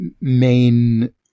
main